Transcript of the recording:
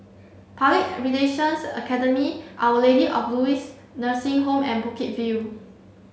Public Relations Academy Our Lady of Lourdes Nursing Home and Bukit View